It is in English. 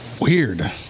Weird